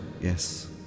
Yes